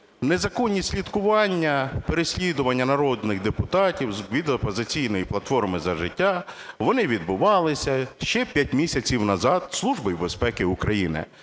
незаконні слідкування, переслідування народних депутатів від "Опозиційної платформи – За життя", вони відбувалися ще 5 місяців назад Службою безпеки України.